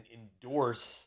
endorse